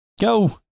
Go